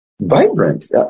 vibrant